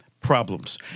problems